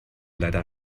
leider